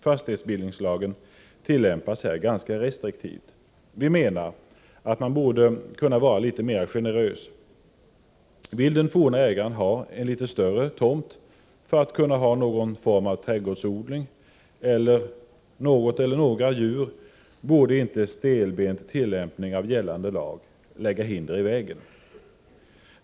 Fastighetsbildningslagen tillämpas här ganska restriktivt. Vi menar att man borde kunna vara litet mera generös. Vill den forne ägaren ha en litet större tomt för att kunna ha någon form av trädgårdsodling eller något eller några djur, borde inte en stelbent tillämpning av gällande lag lägga hinder i vägen.